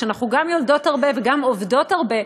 שאנחנו גם יולדות הרבה וגם עובדות הרבה,